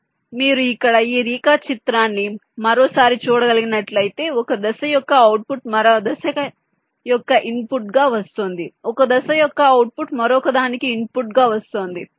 కాబట్టి మీరు ఇక్కడ ఈ రేఖాచిత్రాన్ని మరోసారి చూడగలిగినట్లైతే ఒక దశ యొక్క అవుట్పుట్ మరొక దశ యొక్క ఇన్పుట్గా వస్తోంది ఒక దశ యొక్క అవుట్పుట్ మరొక దానికి ఇన్పుట్ గా వస్తోంది